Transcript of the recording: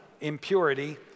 impurity